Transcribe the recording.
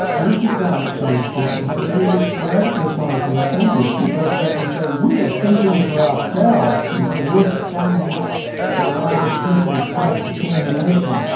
anti-climate change people have a really great rhetorical advantage because they can say we are thinking for ourselves, you know we're standing up for the right of people's self determination,